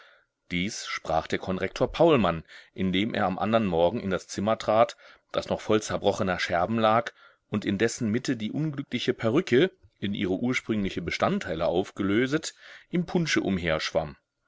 dies sprach der konrektor paulmann indem er am andern morgen in das zimmer trat das noch voll zerbrochener scherben lag und in dessen mitte die unglückliche perücke in ihre ursprüngliche bestandteile aufgelöset im punsche